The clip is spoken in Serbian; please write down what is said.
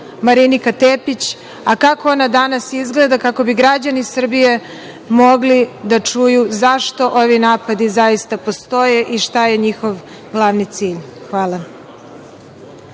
Marinika Tepić, a kako ona danas izgleda, kako bi građani Srbije mogli da čuju zašto ovi napadi zaista postoje i šta je njihov glavni cilj? Hvala.